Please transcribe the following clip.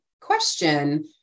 question